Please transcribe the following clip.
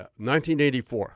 1984